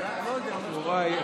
יוראי,